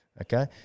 okay